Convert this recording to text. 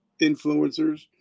influencers